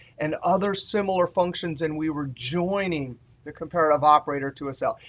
and other similar functions and we were joining the comparative operator to a cell.